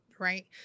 right